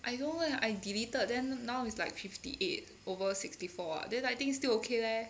I don't know leh I deleted then now is like fifty eight over sixty four ah then I think still okay leh